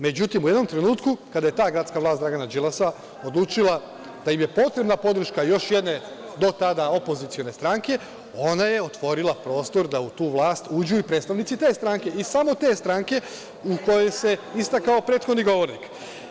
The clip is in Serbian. Međutim, u jednom trenutku kada je ta gradska vlast Dragana Đilasa odlučila da im je potrebna podrška još jedne do tada opozicione stranke, ona je otvorila prostor da u tu vlast uđu i predstavnici te stranke i samo te stranke u kojoj se istakao prethodni govornik.